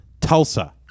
Tulsa